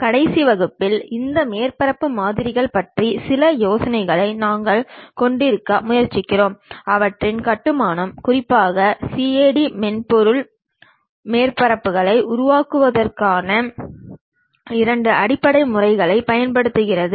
கடைசி வகுப்பில் இந்த மேற்பரப்பு மாதிரிகள் பற்றி சில யோசனைகளை நாங்கள் கொண்டிருக்க முயற்சிக்கிறோம் அவற்றின் கட்டுமானம் குறிப்பாக CAD மென்பொருள் மேற்பரப்புகளை உருவாக்குவதற்கான இரண்டு அடிப்படை முறைகளைப் பயன்படுத்துகிறது